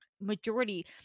Majority